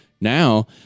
now